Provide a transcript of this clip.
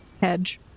hedge